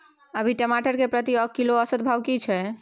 अभी टमाटर के प्रति किलो औसत भाव की छै?